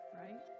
right